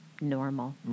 normal